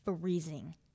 freezing